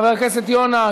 חבר הכנסת יונה,